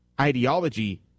ideology